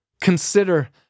Consider